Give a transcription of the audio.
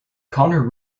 connor